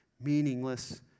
meaningless